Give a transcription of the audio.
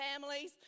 families